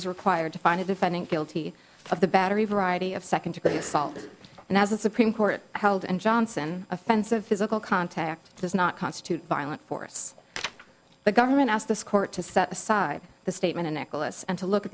is required to find a defendant guilty of the battery variety of second degree assault and as the supreme court held and johnson offensive physical contact does not constitute violent force the government asked this court to set aside the statement of necklace and to look at